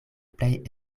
plej